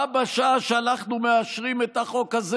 בה בשעה שאנחנו מאשרים את החוק הזה